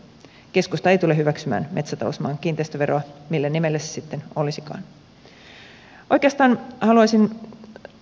keskusta ei tule hyväksymään metsätalousmaan kiinteistöveroa millä nimellä se sitten olisikaan